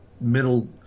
middle